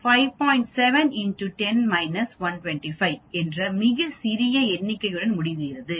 7 × 10-125 என்ற மிகச் சிறிய எண்ணிக்கையுடன் முடிகிறது